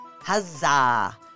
Huzzah